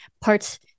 parts